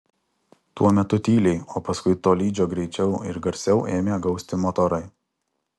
tuo metu tyliai o paskui tolydžio greičiau ir garsiau ėmė gausti motorai